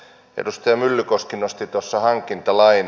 edustaja myllykoski nosti tuossa hankintalain